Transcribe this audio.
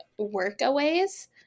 workaways